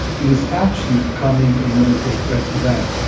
it is actually becoming a military threat to them.